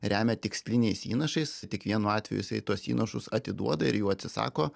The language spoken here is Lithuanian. remia tiksliniais įnašais tik vienu atveju jisai tuos įnašus atiduoda ir jų atsisako